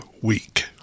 week